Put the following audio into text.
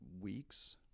weeks